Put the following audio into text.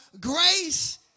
grace